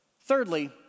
Thirdly